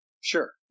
Sure